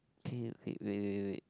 okay wait wait wait wait